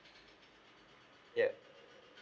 yup